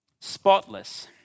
spotless